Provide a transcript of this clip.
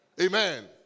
Amen